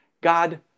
God